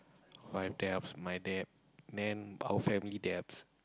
my debts my debts then our family debts